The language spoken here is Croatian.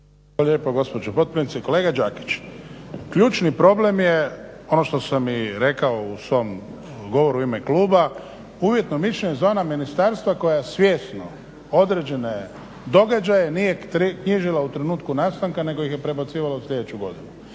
lijepo gospođo potpredsjednice. Kolega Đakić, ključni problem je ono što sam i rekao u svom govoru u ime kluba uvjetno mišljenje za ona ministarstva koja svjesno određene događaje nije knjižila u trenutku nastanka nego ih je prebacivala u sljedeću godinu